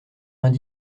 vingt